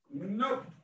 Nope